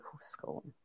School